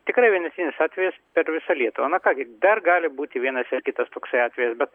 tikrai vienetinis atvejis per visą lietuvą na ką gi dar gali būti vienas ir kitas toks atvejis bet